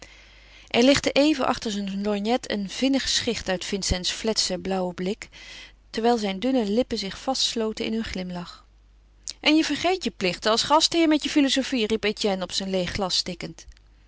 er lichtte even achter zijn lorgnet een vinnige schicht uit vincents fletsen blauwen blik terwijl zijn dunne lippen zich vastsloten in hun glimlach en je vergeet je plichten als gastheer met je filozofie riep etienne op zijn leêg glas tikkend